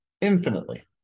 infinitely